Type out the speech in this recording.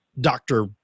doctor